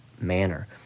manner